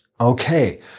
Okay